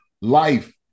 life